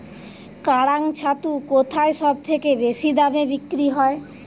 কাড়াং ছাতু কোথায় সবথেকে বেশি দামে বিক্রি হয়?